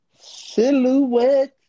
silhouette